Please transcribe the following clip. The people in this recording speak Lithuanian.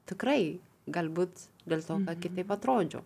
tikrai galbūt dėl to kad kitaip atrodžiau